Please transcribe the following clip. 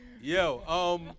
Yo